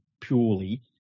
purely